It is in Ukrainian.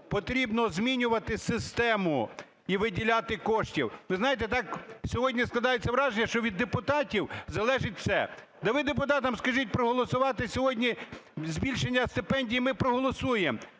І.М. Потрібно змінювати систему і виділяти кошти. Ви знаєте, так сьогодні складається враження, що від депутатів залежить все. Та ви депутатам скажіть проголосувати сьогодні збільшення стипендій – ми проголосуємо.